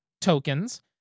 tokens